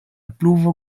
pluvo